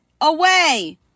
away